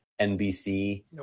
NBC